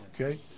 Okay